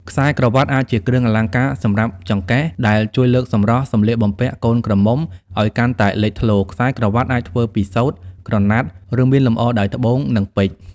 ខ្សែក្រវាត់ អាចជាគ្រឿងអលង្ការសម្រាប់ចង្កេះ ដែលជួយលើកសម្រស់សម្លៀកបំពាក់កូនក្រមុំឲ្យកាន់តែលេចធ្លោ។ ខ្សែក្រវ៉ាត់អាចធ្វើពីសូត្រ ក្រណាត់ ឬមានលម្អដោយត្បូង និងពេជ្រ។